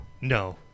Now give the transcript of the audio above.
No